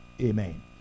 Amen